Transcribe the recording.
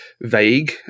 vague